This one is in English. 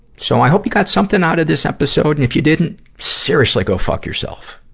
so, i hope you got something out of this episode. and if you didn't, seriously go fuck yourself,